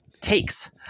takes